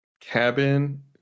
cabin